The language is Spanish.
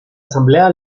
asamblea